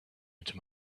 into